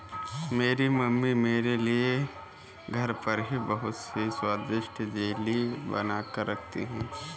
मेरी मम्मी मेरे लिए घर पर ही बहुत ही स्वादिष्ट जेली बनाकर रखती है